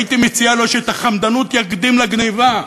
הייתי מציע לו שאת החמדנות יקדים לגנבה,